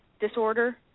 disorder